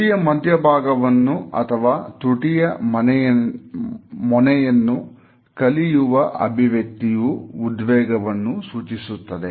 ತುಟಿಯ ಮಧ್ಯಭಾಗವನ್ನು ಅಥವಾ ತುಟಿಯ ಮೊನೆಯನ್ನು ಕಚ್ಚುವ ಅಭಿವ್ಯಕ್ತಿಯೂ ಉದ್ವೇಗವನ್ನು ಸೂಚಿಸುತ್ತದೆ